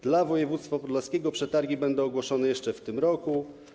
Dla województwa podlaskiego przetargi będą ogłoszone jeszcze w tym roku.